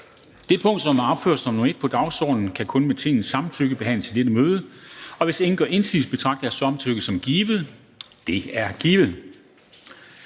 Det punkt, som er opført som nr. 1 på dagsordenen, kan kun med Tingets samtykke behandles i dette møde, og hvis ingen gør indsigelse, betragter jeg samtykket som givet. Det er givet.